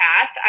path